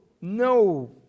no